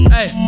Hey